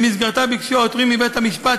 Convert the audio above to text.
ובמסגרתה ביקשו העותרים מבית-המשפט,